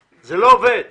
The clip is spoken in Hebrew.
לא, זה לא עובד ככה.